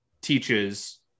teaches